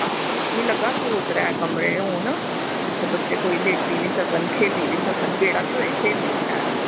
हां ते मिगी लग्गा दा दौ त्रै कमरे होन जेह्दे ई बच्चे लेटी बी सक्कन खेल्ली बी सक्कन जेह्ड़ा बच्चा खेल्लनै गी होवै शैल